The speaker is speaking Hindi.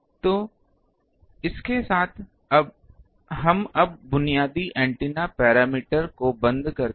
तो इसके साथ हम अब बुनियादी एंटीना पैरामीटर को बंद करते हैं